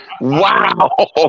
Wow